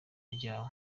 ryawo